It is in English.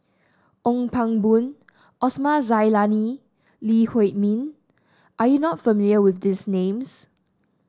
Ong Pang Boon Osman Zailani Lee Huei Min are you not familiar with these names